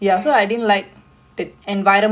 okay that is not nice lah